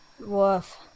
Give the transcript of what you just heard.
Woof